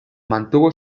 mantuvo